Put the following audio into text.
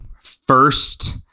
first